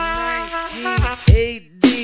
1980